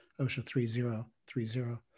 OSHA3030